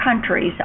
countries